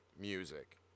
music